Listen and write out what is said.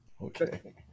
Okay